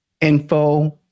Info